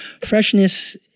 Freshness